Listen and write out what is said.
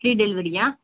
free டெலிவரியா